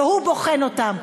והוא בוחן אותם.